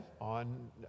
on